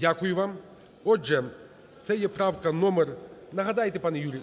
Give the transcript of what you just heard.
Дякую вам. Отже, це є правка номер…. Нагадайте, пане Юрій.